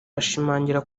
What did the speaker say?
ashimangira